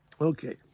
Okay